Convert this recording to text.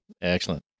Excellent